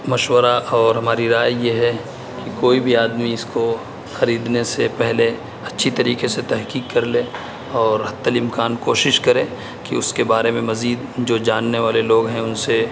مشورہ اور ہماری رائے یہ ہے کہ کوئی بھی آدمی اس کو خریدنے سے پہلے اچّھی طریقے سے تحقیق کر لے اور حتی الامکان کوشش کرے کہ اس کے بارے میں مزید جو جاننے والے لوگ ہیں ان سے